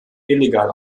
illegal